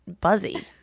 buzzy